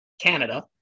Canada